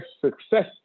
success